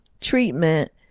treatment